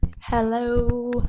Hello